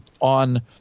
on